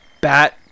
bat